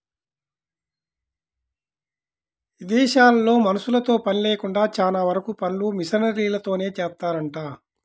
ఇదేశాల్లో మనుషులతో పని లేకుండా చానా వరకు పనులు మిషనరీలతోనే జేత్తారంట